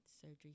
surgery